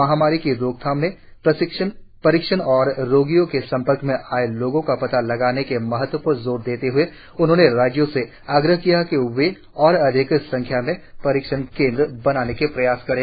महामारी की रोकथाम में परीक्षण और रोगी के संपर्क में आए लोगों का पता लगाने के महत्व पर जोर देते हए उन्होंने राज्यों से आग्रह किया कि वे और अधिक संख्या में परीक्षण केन्द्र बनाने के प्रयास करें